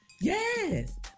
Yes